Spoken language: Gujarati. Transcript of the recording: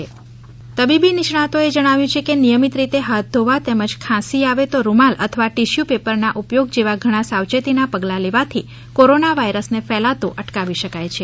એઇમ્સ કોરોના તબીબી નિષ્ણાંતોએ જણાવ્યું છે કે નિયમિત રીતે હાથ ધોવા તેમજ ખાંસી આવે તો રૂમાલ અથવા ટીસ્યુ પેપરના ઉપયોગ જેવા ઘણા સાવચેતીના પગલા લેવાથી કોરોના વાયરસને ફેલાતો અટકાવી શકાય છે